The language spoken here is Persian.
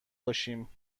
باشیم